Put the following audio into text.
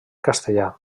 castellà